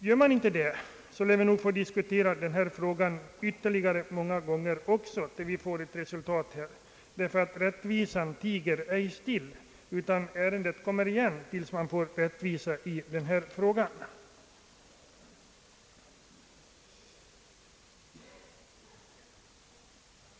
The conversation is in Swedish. Gör man inte det så lär vi nog få diskutera denna fråga ytterligare många gånger tills vi får ett resultat, ty rättvisan tiger ej still, ärendet kommer igen tills vi får rättvisa i denna fråga.